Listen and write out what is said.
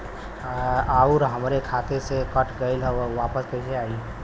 आऊर हमरे खाते से कट गैल ह वापस कैसे आई?